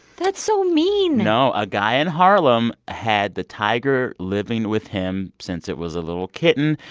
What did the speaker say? that's so mean no, a guy in harlem had the tiger living with him since it was a little kitten,